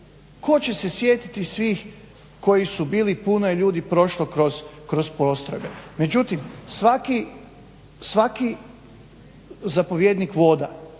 tko će se sjetiti svih koji su bili, puno je ljudi prošlo kroz postrojbe. Međutim svaki zapovjednik voda